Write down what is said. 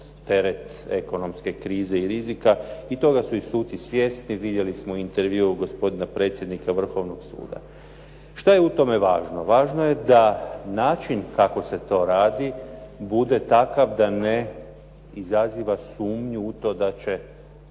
teret ekonomske krize i rizika i toga su i suci svjesni. Vidjeli smo intervju gospodina predsjednika Vrhovnog suda. Šta je u tome važno? Važno je da način kako se to radi bude takav da ne izaziva sumnju u to da će